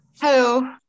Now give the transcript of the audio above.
Hello